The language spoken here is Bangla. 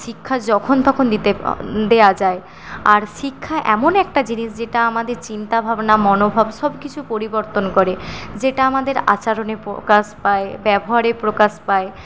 শিক্ষা যখন তখন দিতে দেওয়া যায় আর শিক্ষা এমন একটা জিনিস যেটা আমাদের চিন্তাভাবনা মনোভাব সব কিছু পরিবর্তন করে যেটা আমাদের আচারণে প্রকাশ পায় ব্যবহারে প্রকাশ পায়